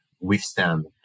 withstand